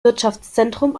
wirtschaftszentrum